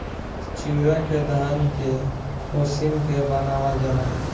चिवड़ा के धान के उसिन के बनावल जाला